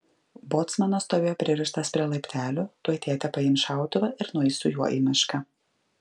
bocmanas stovėjo pririštas prie laiptelių tuoj tėtė paims šautuvą ir nueis su juo į mišką